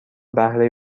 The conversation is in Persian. بهره